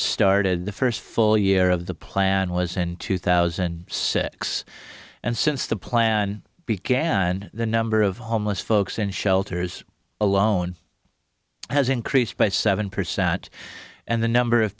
started the first full year of the plan was in two thousand and six and since the plan began the number of homeless folks in shelters alone has increased by seven percent and the number of